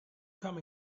come